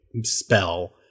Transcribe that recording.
spell